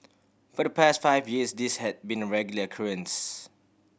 for the past five years this had been a regular occurrence